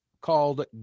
called